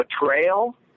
betrayal